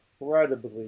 incredibly